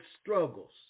struggles